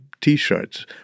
t-shirts